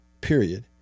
period